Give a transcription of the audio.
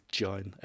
join